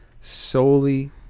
solely